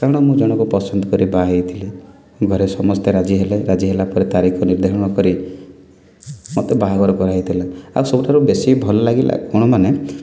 କାରଣ ମୁଁ ଜଣକୁ ପସନ୍ଦ କରି ବାହା ହୋଇଥିଲି ଘରେ ସମସ୍ତେ ରାଜିହେଲେ ରାଜି ହେଲାପରେ ତାରିଖ ନିର୍ଦ୍ଧାରଣ କରି ମୋତେ ବାହାଘର କରା ହୋଇଥିଲା ଆଉ ସବୁଠାରୁ ବେଶୀ ଭଲ ଲାଗିଲା କ'ଣ ମାନେ